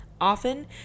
Often